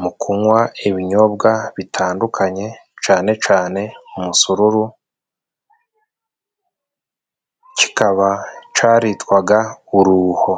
mu kunywa ibinyobwa bitandukanye, cane cane umusururu kikaba caritwaga uruho.